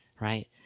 Right